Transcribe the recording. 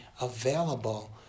available